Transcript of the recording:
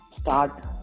start